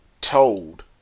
told